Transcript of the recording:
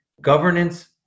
governance